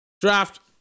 Draft